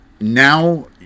now